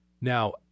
Now